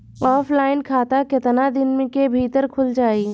Offline खाता केतना दिन के भीतर खुल जाई?